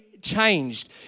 changed